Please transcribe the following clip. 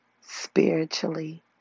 spiritually